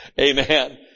Amen